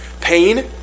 pain